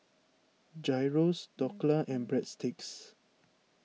Gyros Dhokla and Breadsticks